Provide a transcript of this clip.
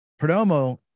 perdomo